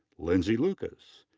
lindsay lucas.